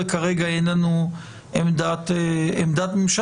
וכרגע אין לנו עמדת ממשלה.